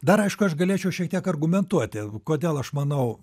dar aišku aš galėčiau šiek tiek argumentuoti kodėl aš manau